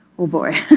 oh boy.